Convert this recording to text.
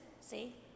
See